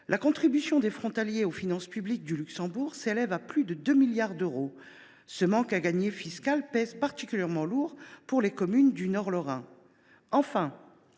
La contribution des frontaliers aux finances publiques du Luxembourg s’élève à plus de 2 milliards d’euros. Ce manque à gagner fiscal pèse particulièrement lourd pour les communes du Nord lorrain. Enfin,